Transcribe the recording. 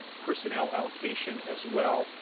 personnel allocation as well,